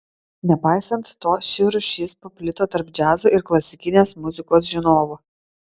nepaisant to ši rūšis paplito tarp džiazo ir klasikinės muzikos žinovų